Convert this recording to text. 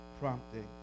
prompting